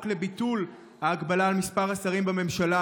לביטול ההגבלה על מספר השרים בממשלה.